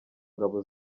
ngabo